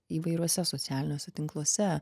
įvairiuose socialiniuose tinkluose